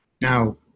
Now